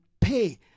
pay